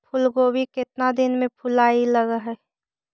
फुलगोभी केतना दिन में फुलाइ लग है?